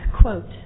Quote